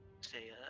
say